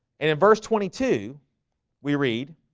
and in verse twenty two we read